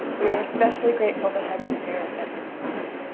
we are especially grateful to have you here at this moment.